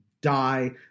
die